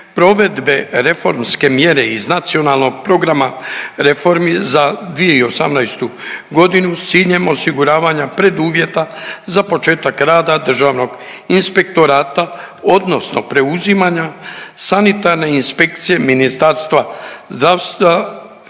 provedbe reformske mjere iz Nacionalnog programa reformi za 2018.g. s ciljem osiguravanja preduvjeta za početak rada Državnog inspektorata odnosno preuzimanja Sanitarne inspekcije Ministarstva zdravstva